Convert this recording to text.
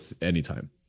anytime